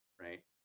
right